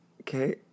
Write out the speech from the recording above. Okay